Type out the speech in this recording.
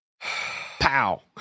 Pow